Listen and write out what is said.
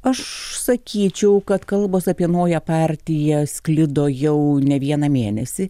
aš sakyčiau kad kalbos apie naują partiją sklido jau ne vieną mėnesį